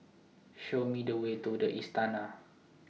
Show Me The Way to The Istana